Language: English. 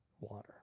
water